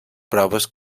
proves